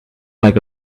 like